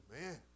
man